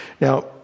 Now